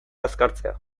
azkartzea